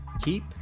keep